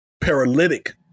paralytic